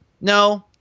no